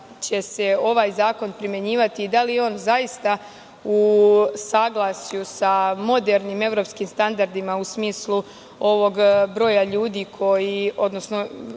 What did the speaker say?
će se ovaj zakon primenjivati i da li on zaista u saglasju sa modernim evropskim standardima u smislu ovog broja ljudi koji, odnosno